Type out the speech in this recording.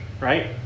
right